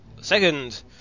second